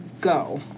go